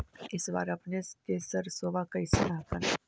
इस बार अपने के सरसोबा कैसन हकन?